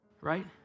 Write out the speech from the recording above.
right